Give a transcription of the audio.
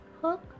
hook